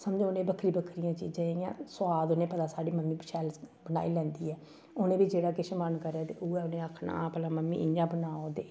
समझो उ'नेंगी बक्खरी बक्खरियें चीजें इ'यां सुआद उ'नेंगी पता साढ़ी मम्मी शैल बनाई लैंदी ऐ उ'नें बी जेह्ड़ा किश मन करै ते उ'ऐ उ'नें आखना हां भला मम्मी इ'यां बनाओ ते